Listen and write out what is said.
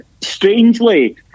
strangely